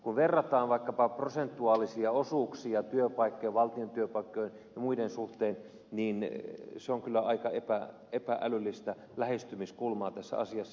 kun verrataan vaikkapa prosentuaalisia osuuksia työpaikkojen valtion työpaikkojen ja muiden suhteen niin se on kyllä aika epä älyllistä lähestymiskulmaa tässä asiassa